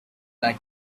like